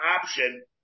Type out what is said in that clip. option